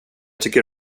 tycker